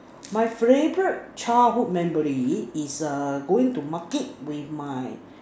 my favourite childhood memory is err going to Market with my